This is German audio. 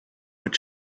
mit